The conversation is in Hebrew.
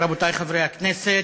רבותי חברי הכנסת,